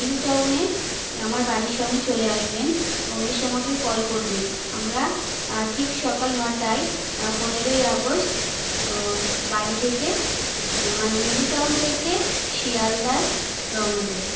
নিউটাউনে আমার বাড়ির সামনে চলে আসবেন এবং এসে আমাকে কল করবেন আমরা ঠিক সকাল নটায় পনেরোই আগস্ট বাড়ি থেকে মানে নিউটাউন থেকে শিয়ালদায় রওনা দেব